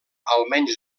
almenys